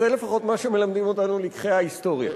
זה לפחות מה שמלמדים אותנו לקחי ההיסטוריה.